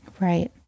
Right